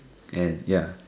and ya